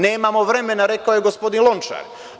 Nemamo vremena - rekao je gospodin Lončar.